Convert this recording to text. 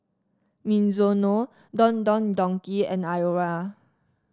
Mizuno Don Don Donki and Iora